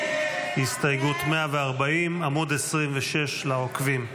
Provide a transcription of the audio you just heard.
עמוד 26, לעוקבים.